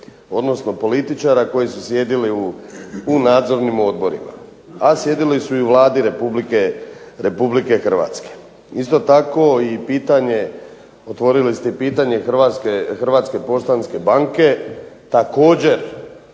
odnosno političara koji su sjedili u nadzornim odborima, a sjedili su i u Vladi Republike Hrvatske. Isto tako, otvorili ste i pitanje Hrvatske poštanske banke. Također